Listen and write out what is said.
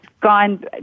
gone